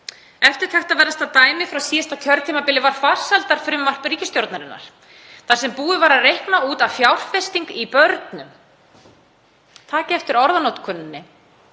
Eftirtektarverðasta dæmið frá síðasta kjörtímabili var farsældarfrumvarp ríkisstjórnarinnar þar sem búið var að reikna út að fjárfesting í börnunum — takið eftir orðanotkuninni: